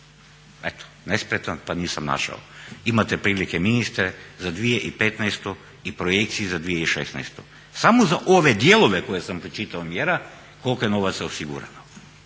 eto nespretan, pa nisam našao. Imate prilike ministre za dvije i petnaestu i projekcije za dvije i šesnaestu samo za ove dijelove koje sam pročitao mjera koliko je novaca osigurano.